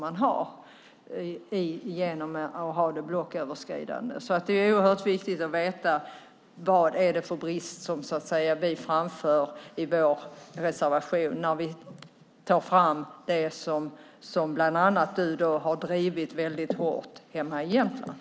Därför är det oerhört viktigt att veta: Vad är det för brist som vi framför i vår reservation när vi tar fram det som bland annat du har drivit väldigt hårt hemma i Jämtland?